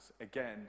again